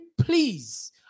please